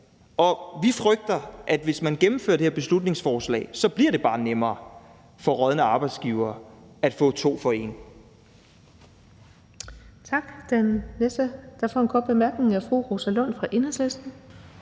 Vi frygter, at hvis man gennemfører det her beslutningsforslag, bliver det bare nemmere for rådne arbejdsgivere at få to for en.